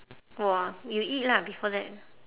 !wah! you eat lah before that